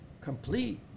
complete